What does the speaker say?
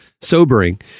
sobering